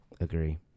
Agree